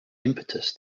impetus